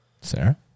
Sarah